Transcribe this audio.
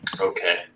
Okay